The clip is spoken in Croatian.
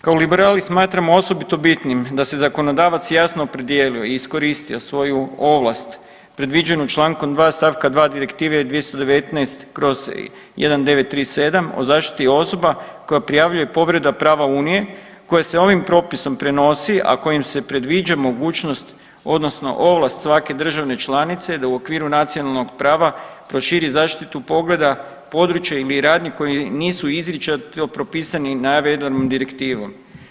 Kao liberali smatramo osobito bitnim da se zakonodavac jasno opredijelio i iskoristio svoju ovlast predviđenu čl. 2. st. 2. Direktive 219/1937 o zaštiti osoba koja prijavljuje povreda prava unije koja se ovim propisom prenosi, a kojim se predviđa mogućnost odnosno ovlast svake države članice da u okviru nacionalnog prava proširi zaštitu pogleda, područja ili radnje koje nisu izričito propisani navedenom direktivom.